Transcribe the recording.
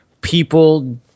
people